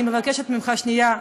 אני מבקשת ממך שנייה,